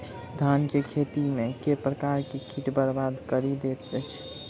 धान केँ खेती मे केँ प्रकार केँ कीट बरबाद कड़ी दैत अछि?